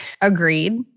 agreed